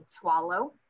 swallow